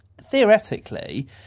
theoretically